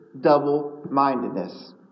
double-mindedness